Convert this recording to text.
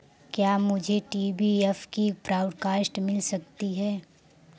क्या मुझे T B F की प्राउडकास्ट मिल सकती है